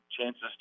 chances